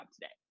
today